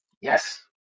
Yes